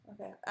Okay